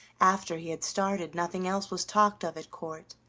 after he had started nothing else was talked of at court,